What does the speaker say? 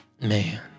man